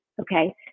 okay